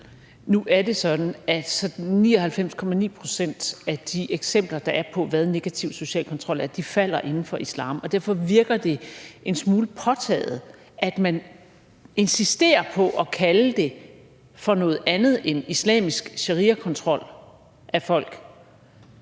Nu er det sådan, at 99,9 pct. af de eksempler, der er på, hvad negativ social kontrol er, falder inden for islam. Derfor virker det en smule påtaget, at man insisterer på at kalde det for noget andet end islamisk shariakontrol af folk.